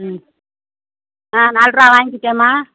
ம் ஆ நாலு ரூபா வாங்கிக்கிட்டேன்மா